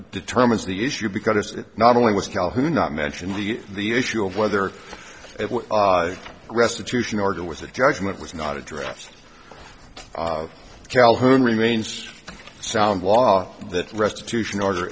determines the issue because not only was calhoun not mentioned the the issue of whether restitution order was a judgment was not addressed calhoun remains sound law that restitution order